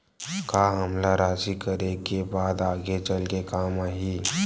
का हमला राशि करे के बाद आगे चल के काम आही?